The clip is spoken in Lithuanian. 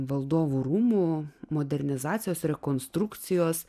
valdovų rūmų modernizacijos rekonstrukcijos